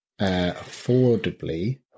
affordably